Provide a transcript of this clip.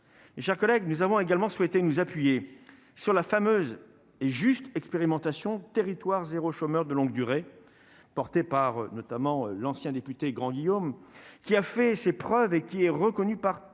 chers collègues, nous avons également souhaité nous appuyer sur la fameuse et juste expérimentation territoire zéro, chômeur de longue durée portée par notamment l'ancien député grand Guillaume, qui a fait ses preuves et qui est reconnu par tous